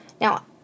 Now